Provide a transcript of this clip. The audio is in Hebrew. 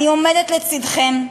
אני עומדת לצדכם,